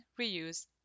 reuse